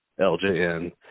LJN